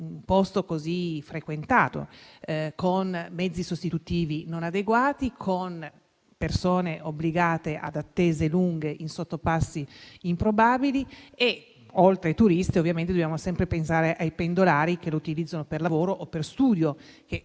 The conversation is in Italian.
un posto così frequentato, mezzi sostitutivi non adeguati e persone obbligate ad attese lunghe in sottopassi improbabili. D'altra parte, oltre ai turisti, dobbiamo sempre pensare ai pendolari che utilizzano i treni per lavoro o per studio, e